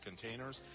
containers